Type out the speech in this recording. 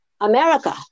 America